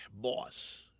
boss